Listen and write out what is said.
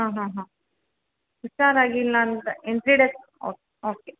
ಹಾಂ ಹಾಂ ಹಾಂ ಹುಷಾರಾಗಿಲ್ಲಂತ ಇನ್ನೂ ತ್ರಿ ಡೇಸ್ ಓಕ್ ಓಕೆ